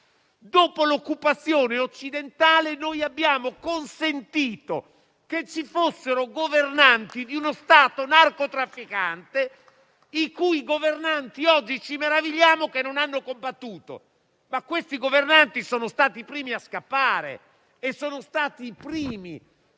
Dopo l'occupazione occidentale abbiamo consentito che ci fossero governanti di uno Stato narcotrafficante e oggi ci meravigliamo che non abbiano combattuto. Questi governanti sono stati i primi a scappare e sono stati i primi